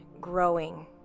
growing